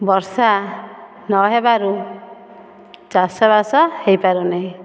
ବର୍ଷା ନ ହେବାରୁ ଚାଷବାସ ହୋଇପାରୁ ନାହିଁ